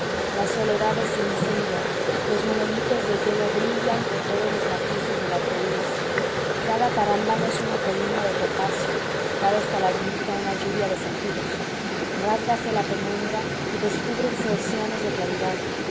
las soledades se incendian los monolitos de hielo brillan con todos los matices del arco iris cada carámbano es una columna de topacio cada estalagmita una lluvia de zafiros rásgase la penumbra y descúbrense océanos de claridad